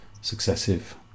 successive